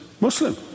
Muslim